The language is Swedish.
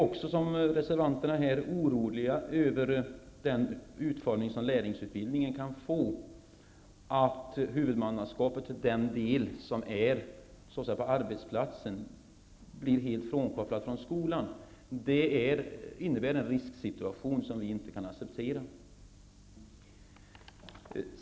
Liksom reservanterna är vi oroliga över den utformning som lärlingsutbildningen kan få, att den del av huvudmannaskapet som gäller arbetsplatsen blir helt bortkopplad från skolan. Det innebär en risksituation som vi inte kan acceptera.